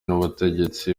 n’ubutegetsi